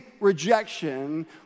rejection